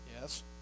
Yes